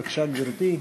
בבקשה, גברתי.